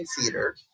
Theater